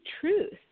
truth